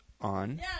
on